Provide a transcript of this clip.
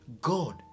God